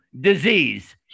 disease